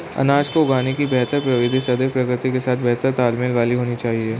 अनाज को उगाने की बेहतर प्रविधि सदैव प्रकृति के साथ बेहतर तालमेल वाली होनी चाहिए